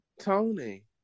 Tony